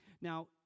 now